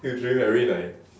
usually very like